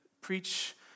preach